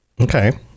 Okay